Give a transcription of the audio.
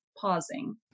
pausing